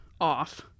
off